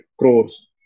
crores